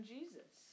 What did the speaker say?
Jesus